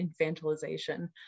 infantilization